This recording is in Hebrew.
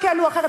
חלקנו אחרת,